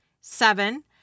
Seven